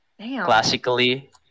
classically